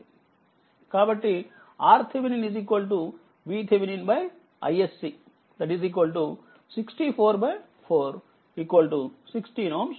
కాబట్టిRThevenin VThevenin isc 64 4 16Ω ఉంటుంది